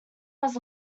was